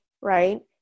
right